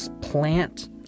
plant